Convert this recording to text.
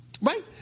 right